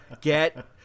Get